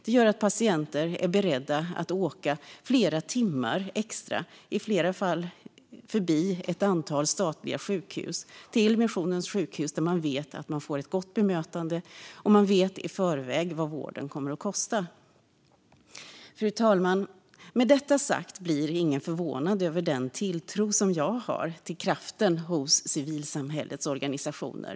Det gör att patienter är beredda att åka flera timmar extra, i flera fall förbi ett antal statliga sjukhus, till missionens sjukhus där man vet att man får ett gott bemötande, och man vet i förväg vad vården kommer att kosta. Fru talman! Med detta sagt blir ingen förvånad över den tilltro som jag har till kraften hos civilsamhällets organisationer.